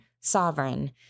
sovereign